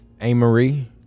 A-Marie